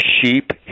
sheep